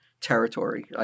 territory